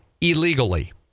illegally